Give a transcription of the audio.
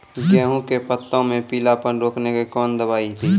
गेहूँ के पत्तों मे पीलापन रोकने के कौन दवाई दी?